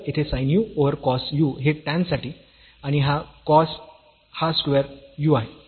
तर येथे sin u over cos u हे tan साठी आणि हा cos हा स्क्वेअर u आहे